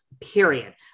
period